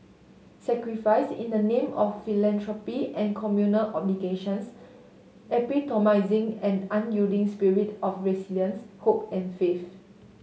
sacrifice in the name of philanthropy and communal obligations epitomising and unyielding spirit of resilience hope and faith